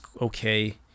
okay